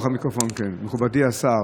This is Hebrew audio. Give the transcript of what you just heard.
מכובדי השר,